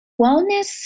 Wellness